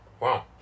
wow